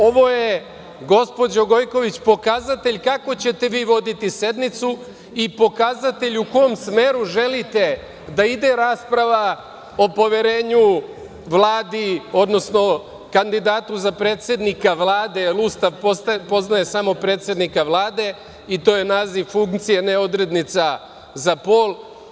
Ovo je, gospođo Gojković, pokazatelj kako ćete voditi sednicu i pokazatelj u kom smeru želite da ide rasprava o poverenju Vladi, odnosno kandidatu za predsednika Vlade, jer Ustav poznaje samo predsednika Vlade, i to je naziv funkcije, a ne odrednica za pol.